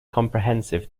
comprehensive